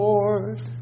Lord